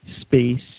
space